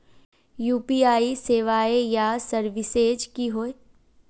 UPI सेवाएँ या services की होय?